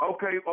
Okay